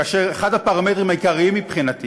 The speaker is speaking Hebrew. כאשר אחד הפרמטרים העיקריים מבחינתי